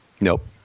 Nope